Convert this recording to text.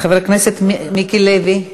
חבר הכנסת מיקי לוי.